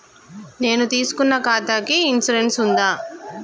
నేను తీసుకున్న ఖాతాకి ఇన్సూరెన్స్ ఉందా?